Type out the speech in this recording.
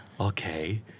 Okay